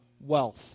wealth